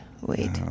wait